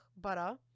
butter